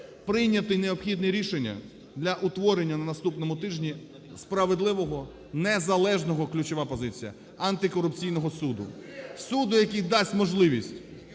прийняти необхідне рішення для утворення на наступному тижні справедливого, незалежного – ключова позиція! – Антикорупційного суду. Суду, який дасть можливість